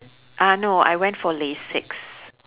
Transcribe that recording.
uh no I went for lasik